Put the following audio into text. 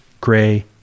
gray